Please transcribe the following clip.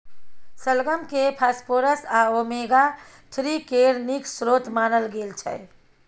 शलगम केँ फास्फोरस आ ओमेगा थ्री केर नीक स्रोत मानल गेल छै